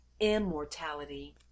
immortality